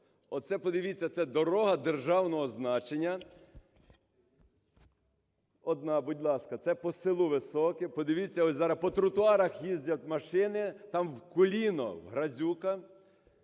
Оце, подивіться, це дорога державного значення. Одна, будь ласка, це по селу Високе. Подивіться, ось зараз по тротуарах їздять машини, там в коліно грязюка,